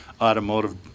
automotive